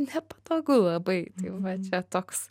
nepatogu labai tai jau va čia toks